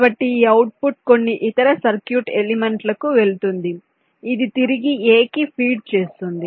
కాబట్టి ఈ అవుట్పుట్ కొన్ని ఇతర సర్క్యూట్ ఎలిమెంట్లకు వెళుతుంది ఇది తిరిగి A కి ఫీడ్ చేస్తుంది